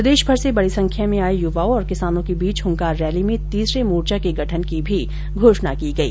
प्रदेशभर से बडी संख्या में आये युवाओं और किसानों के बीच हुकांर रैली में तीसरे मोर्चो के गठन की भी घोषणा की गई